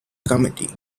committee